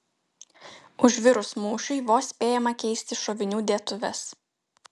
užvirus mūšiui vos spėjama keisti šovinių dėtuves